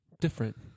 different